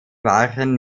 waren